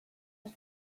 was